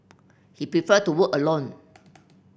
he prefer to work alone